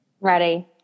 Ready